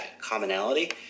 commonality